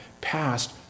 passed